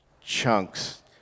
chunks